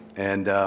and